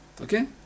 Okay